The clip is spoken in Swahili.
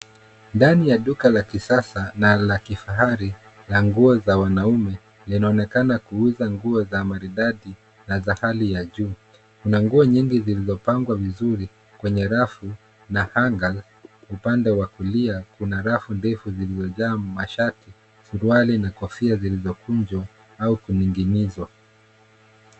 Ndani ya duka la kisasa na la kifahari ya nguo za wanaume yanaonekana kuuza nguo za maridadi na za hali ya juu. Kuna nguo nyingi zilizopangwa vizuri kwenye rafu na Hanger upande wa kulia kuna rafu ndefu zilizojaa mashati, suruali na kofia zilizokunjwa au kuning'inizwa.